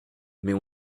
mais